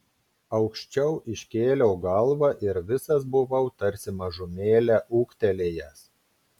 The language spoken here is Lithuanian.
aukščiau iškėliau galvą ir visas buvau tarsi mažumėlę ūgtelėjęs